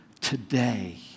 today